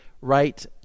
right